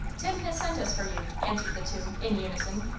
tim has sent us for you! answered the two, in unison.